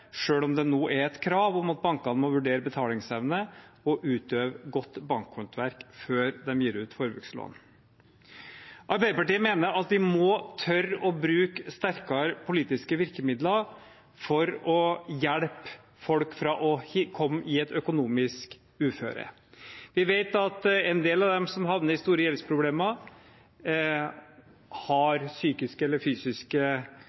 om det nå er et krav om at bankene må vurdere betalingsevne og utøve godt bankhåndverk før de gir ut forbrukslån. Arbeiderpartiet mener at vi må tore å bruke sterkere politiske virkemidler for å hjelpe folk så de ikke kommer i et økonomisk uføre. Vi vet at en del av dem som havner i store gjeldsproblemer,